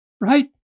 right